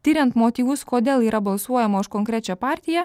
tiriant motyvus kodėl yra balsuojama už konkrečią partiją